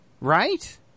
right